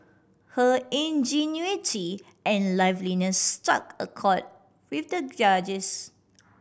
her ingenuity and liveliness struck a chord with the judges